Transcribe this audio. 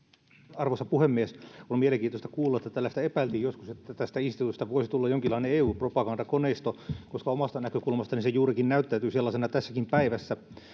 arvoisa puhemies on mielenkiintoista kuulla että tällaista epäiltiin joskus että tästä instituutiosta voisi tulla jonkinlainen eu propagandakoneisto koska omasta näkökulmastani se näyttäytyy juurikin sellaisena tänäkin päivänä